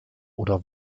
oder